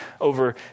over